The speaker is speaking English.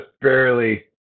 barely